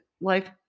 life